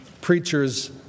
preacher's